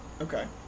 Okay